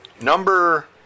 Number